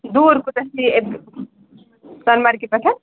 دوٗر کوٗتاہ چھِ اَتہِ سۄنہٕ مرگہِ پٮ۪ٹھ